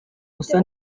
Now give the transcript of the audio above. gusa